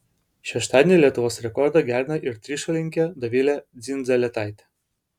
šeštadienį lietuvos rekordą gerino ir trišuolininkė dovilė dzindzaletaitė